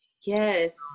yes